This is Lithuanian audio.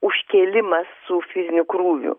užkėlimas su fiziniu krūviu